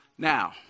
Now